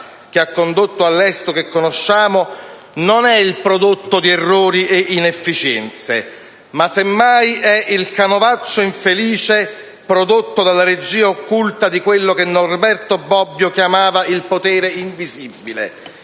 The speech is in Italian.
che ha condotto all'esito che conosciamo, non è il prodotto di errori e inefficienze, ma semmai è il canovaccio infelice prodotto dalla regia occulta di quello che Norberto Bobbio chiamava il «potere invisibile»: